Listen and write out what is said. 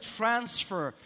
transfer